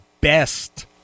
best